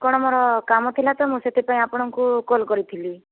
କ'ଣ ମୋର କାମ ଥିଲା ତ ମୁଁ ସେଥିପାଇଁ ଆପଣଙ୍କୁ କଲ୍ କରିଥିଲି